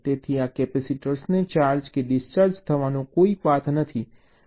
તેથી આ કેપેસિટરને ચાર્જ કે ડિસ્ચાર્જ થવાનો કોઈ પાથ નથી